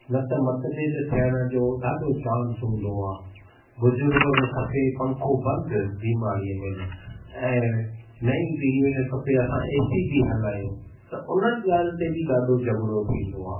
न त मतभेद थियण जो ॾाढो चांस हूंदो आहे बुज़ुर्ग खे खपे पंखो बंदि बिमारीअ महिल ऐं नई पीढ़ीअ खे खपे असां ए सी बि हलायूं त उननि ॻाल्हि ते बि ॾाढो झगड़ो थींदो आहे